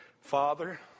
Father